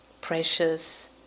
precious